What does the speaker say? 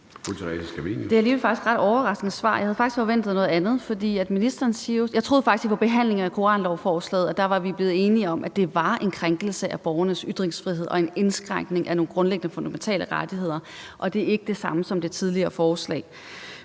Det er faktisk et ret overraskende svar. Jeg havde faktisk forventet noget andet. Jeg troede faktisk, at vi ved behandlingen af koranlovforslaget var blevet enige om, at det var en krænkelse af borgernes ytringsfrihed og en indskrænkning af nogle grundliggende og fundamentale rettigheder. Og det er ikke det samme som det tidligere forslag.